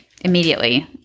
immediately